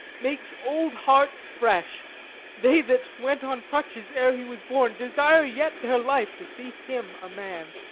makes old hearts fresh they that went on crutches ere he was born desire yet their life to see him a man.